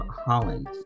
Holland